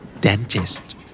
Dentist